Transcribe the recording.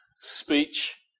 speech